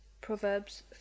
Proverbs